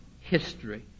history